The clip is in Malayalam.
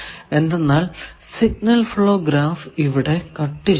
എന്തെന്നാൽ സിഗ്നൽ ഫ്ലോ ഗ്രാഫ് ഇവിടെ കട്ട് ചെയ്തു